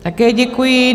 Také děkuji.